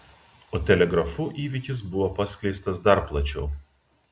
o telegrafu įvykis buvo paskleistas dar plačiau